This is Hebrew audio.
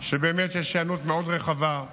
שבאמת יש היענות רחבה מאוד